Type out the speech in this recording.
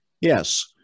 Yes